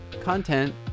content